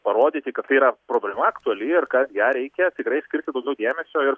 parodyti kad tai yra problema aktuali ir kad ją reikia tikrai skirti daugiau dėmesio ir